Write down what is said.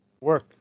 work